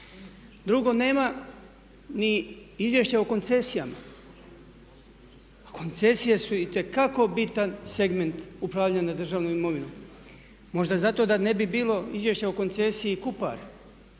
Drugo, nema ni izvješća o koncesijama a koncesije su itekako bitan segment upravljanja državnom imovinom možda zato da ne bi bilo izvješća o koncesiji Kupar